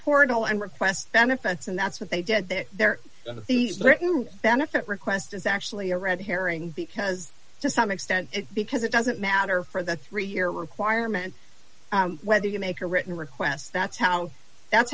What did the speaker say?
portal and request benefits and that's what they did that their these britain benefit request is actually a red herring because to some extent because it doesn't matter for the three year requirement whether you make a written request that's how that's